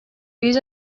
биз